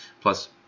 Plus